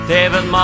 David